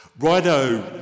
Righto